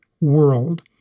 world